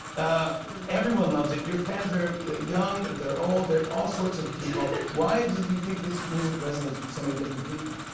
ah everyone loves it. your fans are young, they're old, they're all sorts of people. why do you think this music resonates with so many different people?